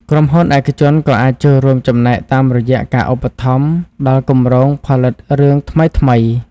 ក្រុមហ៊ុនឯកជនក៏អាចចូលរួមចំណែកតាមរយៈការឧបត្ថម្ភដល់គម្រោងផលិតរឿងថ្មីៗ។